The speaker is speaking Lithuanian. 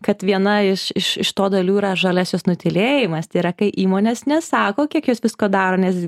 kad viena iš iš iš to dalių yra žalias nutylėjimas tai yra kai įmonės nesako kiek jos visko daro nes